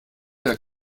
der